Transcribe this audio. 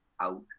out